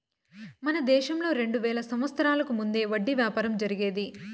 మన దేశంలో రెండు వేల సంవత్సరాలకు ముందే వడ్డీ వ్యాపారం జరిగేది